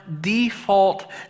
default